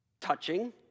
Touching